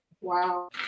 wow